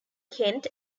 kent